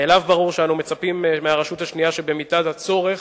מאליו ברור שאנו מצפים מהרשות השנייה שבמידת הצורך,